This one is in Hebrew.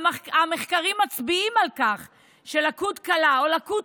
המחקרים מצביעים על כך שלקות קלה או לקות